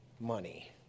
money